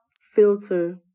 filter